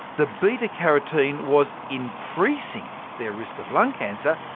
the beta-carotene was increasing their risk of lung cancer,